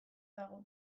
dago